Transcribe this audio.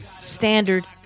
Standard